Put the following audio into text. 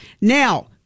Now